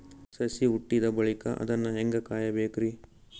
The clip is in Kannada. ಸಸಿ ಹುಟ್ಟಿದ ಬಳಿಕ ಅದನ್ನು ಹೇಂಗ ಕಾಯಬೇಕಿರಿ?